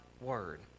word